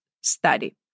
study